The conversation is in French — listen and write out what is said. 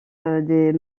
des